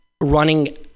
running